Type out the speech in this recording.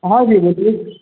ہاں جی بولیے